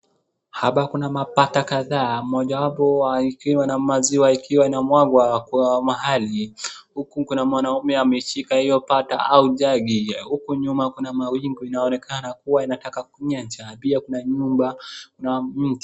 Hapa kuna bata kadhaa mojawapo ikiwa na maziwa ikiwa inamwagwa kwa mahali huku kuna mwanaume ameshika hiyo bata au hiyo jagi huku nyuma kuna mawingu inaonekana inataka kunyesha pia kuna nyumba na miti.